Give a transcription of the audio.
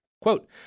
Quote